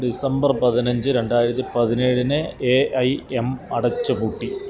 December പതിനഞ്ച് രണ്ടായിരത്തി പതിനേഴിന് എ ഐ എം അടച്ചുപൂട്ടി